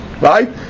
right